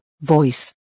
Voice